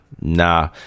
nah